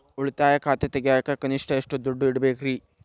ಉಳಿತಾಯ ಖಾತೆ ತೆಗಿಯಾಕ ಕನಿಷ್ಟ ಎಷ್ಟು ದುಡ್ಡು ಇಡಬೇಕ್ರಿ?